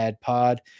pod